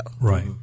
Right